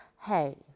Hey